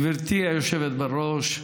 גברתי היושבת בראש,